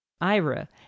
Ira